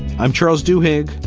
i'm charles du hegg.